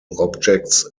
objects